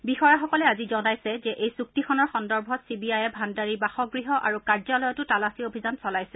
বিষয়াসকলে আজি জনাইছে যে এই চুক্তিখনৰ সন্দৰ্ভত চি বি আয়ে ভাণ্ডাৰীৰ বাসগৃহ আৰু কাৰ্যালয়তো তালাচী অভিযান চলাইছে